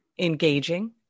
engaging